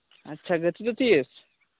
ᱟᱪᱪᱷᱟ ᱜᱟᱛᱮᱜ ᱫᱚ ᱛᱤᱥ